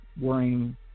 worrying